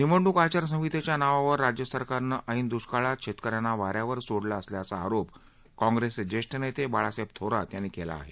निवडणूक आचार संहितेच्या नावावर राज्य सरकारनं ऐन दुष्काळात शेतकऱ्यांना वाऱ्यावर सोडलं असल्याचा आरोप काँप्रेसचे जेष्ठ नेते बाळासाहेब थोरात यांनी केला आहे